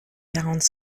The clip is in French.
quarante